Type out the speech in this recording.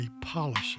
policy